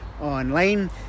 online